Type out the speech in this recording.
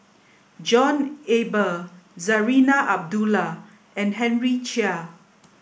John Eber Zarinah Abdullah and Henry Chia